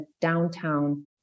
downtown